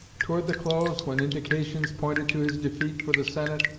toward the close, when indications pointed to his defeat for the senate,